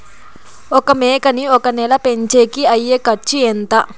ఒక మేకని ఒక నెల పెంచేకి అయ్యే ఖర్చు ఎంత?